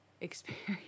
experience